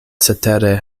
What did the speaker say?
cetere